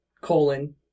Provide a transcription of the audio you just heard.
colon